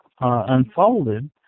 unfolded